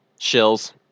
Shills